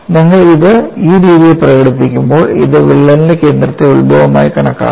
നിങ്ങൾ ഇത് ഈ രീതിയിൽ പ്രകടിപ്പിക്കുമ്പോൾ ഇത് വിള്ളലിന്റെ കേന്ദ്രത്തെ ഉത്ഭവമായി കണക്കാക്കുന്നു